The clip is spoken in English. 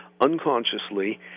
Unconsciously